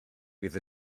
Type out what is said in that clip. fydd